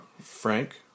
Frank